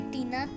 Tina